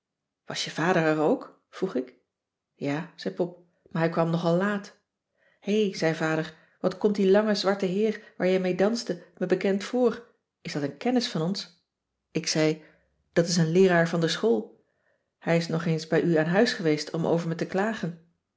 was je vader er ook vroeg ik ja zei pop maar hij kwam nogallaat hé zei vader wat komt die lange zwarte heer waar jij mee danste me bekend voor is dat een kennis van ons ik zei dat is een leeraar van de school hij is nog eens bij u aan huis geweest om over me te klagen